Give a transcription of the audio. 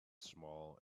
small